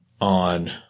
on